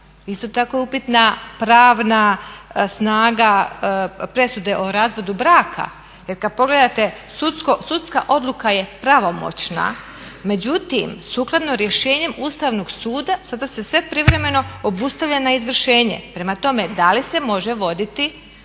Isto tako je upitna pravna snaga presude o razvodu braka, jer kad pogledate sudska odluka je pravomoćna. Međutim, sukladno rješenjem Ustavnog suda sada se sve privremeno obustavlja na izvršenje. Prema tome, da li se može voditi